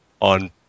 on